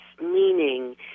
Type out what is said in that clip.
meaning